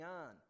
on